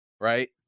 right